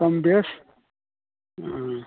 कम बेस नहि